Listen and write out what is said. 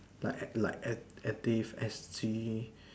like like active S_G